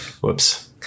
Whoops